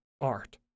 art